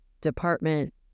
department